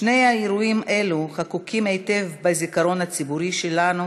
שני אירועים אלו חקוקים היטב בזיכרון הציבורי שלנו